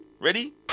Ready